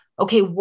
okay